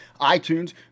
iTunes